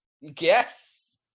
Yes